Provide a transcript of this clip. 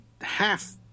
half